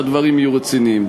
שהדברים יהיו רציניים.